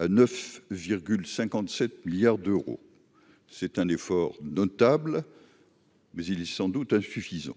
à 9 heures 57 milliards d'euros, c'est un effort notable. Mais il sans doute insuffisant,